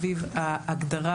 סביב ההגדרה,